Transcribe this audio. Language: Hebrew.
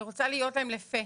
אני רוצה להיות להם לפה.